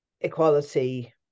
equality